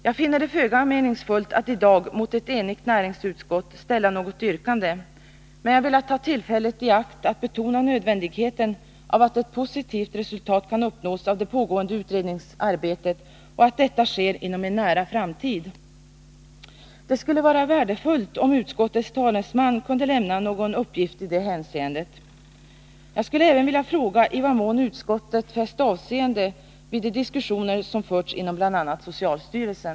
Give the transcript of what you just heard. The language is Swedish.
Jag finner det föga meningsfullt att i dag mot ett enigt näringsutskott ställa något yrkande, men jag har velat ta tillfället i akt att betona nödvändigheten av att ett positivt resultat uppnås i det pågående utredningsarbetet och att detta sker inom en nära framtid. Det skulle vara värdefullt om utskottets talesman kunde lämna någon uppgift i det hänseendet. Jag skulle även vilja fråga i vad mån utskottet fäst avseende vid de diskussioner som förts inom bl.a. socialstyrelsen.